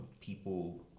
people